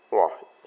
!wah!